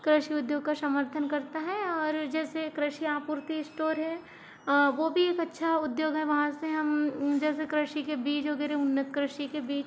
कृषि उद्योग का समर्थन करता है और जैसे कृषि आपूर्ति स्टोर है वो भी एक अच्छा उद्योग है वहां से हम जैसे कृषि के बीज वगैरह जैसे उन्नत कृषि के बीज